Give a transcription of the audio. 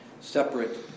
separate